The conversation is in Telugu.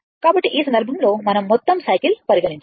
కాబట్టి ఈ సందర్భంలో మనం మొత్తం సైకిల్ పరిగణించాలి